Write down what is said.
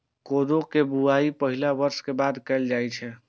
कोदो के बुआई पहिल बर्षा के बाद कैल जाइ छै